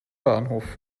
bahnhof